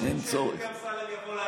מבקשים שהשר דודי אמסלם יבוא לענות.